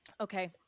Okay